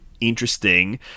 interesting